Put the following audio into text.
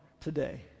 today